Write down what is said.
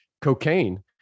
cocaine